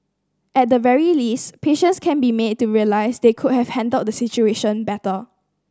at the very least patients can be made to realise they could have handled the situation better